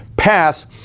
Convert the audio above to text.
Pass